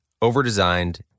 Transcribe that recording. overdesigned